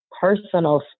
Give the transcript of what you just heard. personal